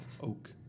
oak